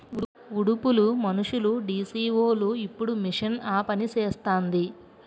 ఉడుపులు మనుసులుడీసీవోలు ఇప్పుడు మిషన్ ఆపనిసేస్తాంది